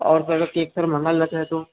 और sir cake महंगा लेते हैं तो